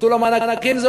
וביטול המענקים.